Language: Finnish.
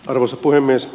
arvoisa puhemies